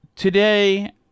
Today